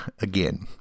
again